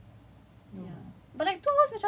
then but then you still have to book a slot online lah